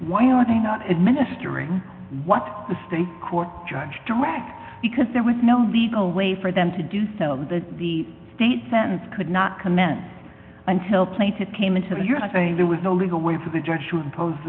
why are they not administering what the state court judge directs because there was no legal way for them to do so that the state sentence could not commence until plaintiffs came into your life there was no legal way for the judge to impose